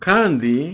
Kandi